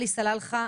עלי סלאלחה,